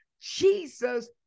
Jesus